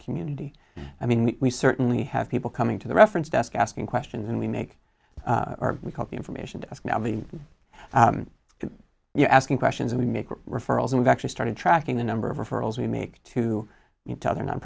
community i mean we certainly have people coming to the reference desk asking questions and we make or we call the information to ask now the good you're asking questions and we make referrals and we actually started tracking the number of referrals we make to each other non